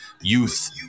youth